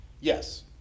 Yes